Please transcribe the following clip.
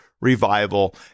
revival